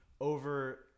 over